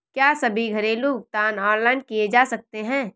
क्या सभी घरेलू भुगतान ऑनलाइन किए जा सकते हैं?